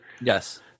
Yes